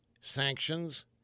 Sanctions